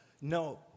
No